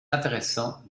intéressant